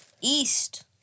East